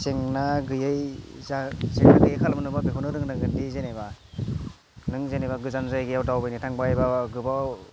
जेंना गैयै खालामनोबा बेखौ नों रोंनांगोनदि नों जेनेबा गोजान जायगायाव दावबायनो थांबाय बा गोबाव